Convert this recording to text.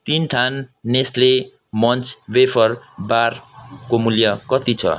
तिन थान Nestle Munch wafer bar को मूल्य कति छ